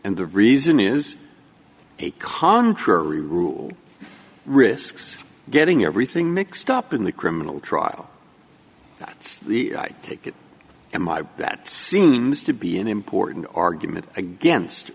and the reason is a contrary rule risks getting everything mixed up in the criminal trial that's the i take it in my that seems to be an important argument against